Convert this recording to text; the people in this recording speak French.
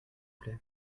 plait